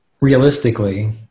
realistically